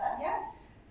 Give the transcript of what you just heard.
Yes